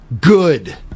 Good